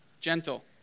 Gentle